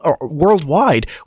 worldwide